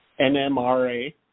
NMRA